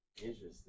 Interesting